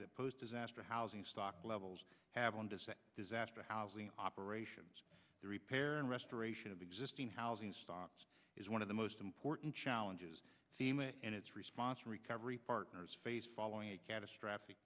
that pose disaster housing stock levels have on just a disaster housing operations the repair and rest duration of existing housing stops is one of the most important challenges in its response recovery partners face following a catastrophic